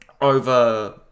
over